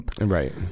right